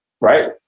right